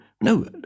no